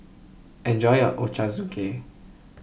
enjoy your Ochazuke